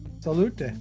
salute